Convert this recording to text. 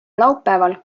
laupäeval